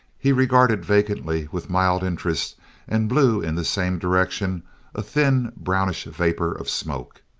he regarded vacantly with mild interest and blew in the same direction a thin brownish vapor of smoke.